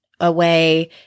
away